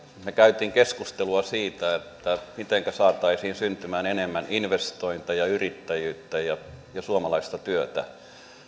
me kävimme keskustelua siitä mitenkä saataisiin syntymään enemmän investointeja yrittäjyyttä ja suomalaista työtä